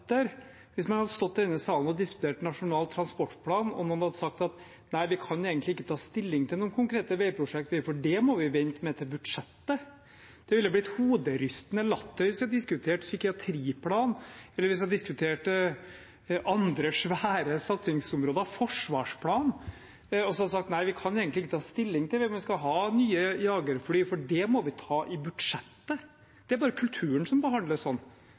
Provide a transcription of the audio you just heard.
hvis man hadde stått i denne salen og diskutert Nasjonal transportplan og sagt: Nei, vi kan egentlig ikke ta stilling til noen konkrete veiprosjekter, for det må vi vente med til budsjettet. Det ville blitt hoderystende latter hvis man diskuterte psykiatriplanen, eller hvis man diskuterte andre svære satsingsområder, f.eks. forsvarsplanen, og så hadde sagt: Nei, vi kan egentlig ikke ta stilling til om vi skal ha nye jagerfly, for det må vi ta i budsjettet. Det er bare kulturen som behandles sånn.